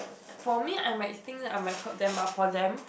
for me I might think that I might hurt them but for them